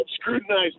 scrutinized